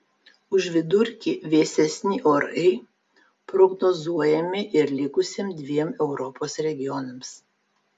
už vidurkį vėsesni orai prognozuojami ir likusiems dviem europos regionams